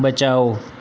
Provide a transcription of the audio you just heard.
बचाओ